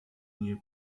nie